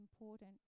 important